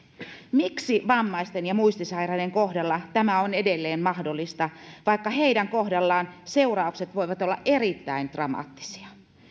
miksi vammaisten ja muistisairaiden kohdalla tämä on edelleen mahdollista vaikka heidän kohdallaan seuraukset voivat olla erittäin dramaattisia